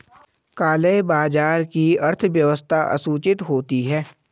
काले बाजार की अर्थव्यवस्था असूचित होती है